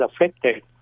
affected